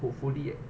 hopefully